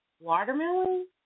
Watermelon